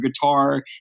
guitar